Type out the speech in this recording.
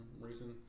reason